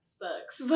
sucks